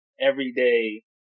everyday